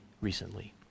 recently